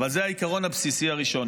אבל זה העיקרון הבסיסי הראשון.